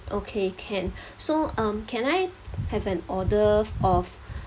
okay can so um can I have an order of